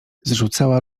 zrzucała